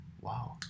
wow